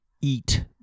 eat